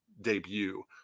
debut